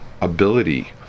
ability